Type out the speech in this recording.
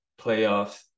playoffs